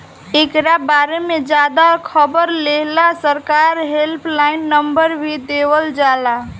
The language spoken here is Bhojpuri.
एकरा बारे में ज्यादे खबर लेहेला सरकार हेल्पलाइन नंबर भी देवल जाला